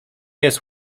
jest